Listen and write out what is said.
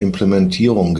implementierung